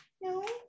No